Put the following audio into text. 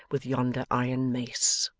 with yonder iron mace.